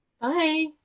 Bye